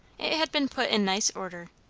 it had been put in nice order,